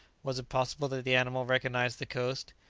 was it possible that the animal recognized the coast?